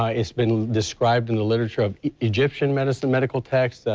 um has been described in the literature of egyptian medicine medical text,